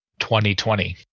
2020